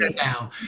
now